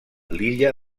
l’illa